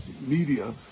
media